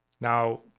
Now